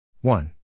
One